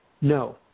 No